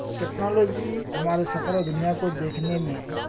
technology ہمارے سفر اور دنیا کو دیکھنے میں